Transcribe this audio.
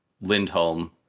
Lindholm